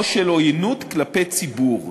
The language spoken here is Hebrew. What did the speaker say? או של עוינות כלפי ציבור,